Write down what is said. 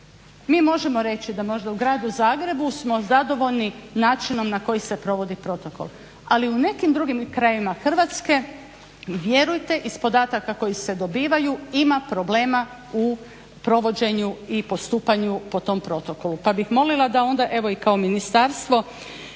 Mi možemo reći da možda u gradu Zagrebu smo zadovoljni načinom na koji se provodi protokol, ali u nekim drugim krajevima Hrvatske, vjerujte iz podataka koji se dobivaju, ima problema u provođenju i postupanju po tom protokolu. Pa bih molila da onda evo i kao ministarstvo